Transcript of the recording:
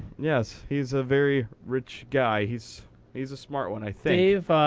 yes. he's a very rich guy. he's he's a smart one, i think.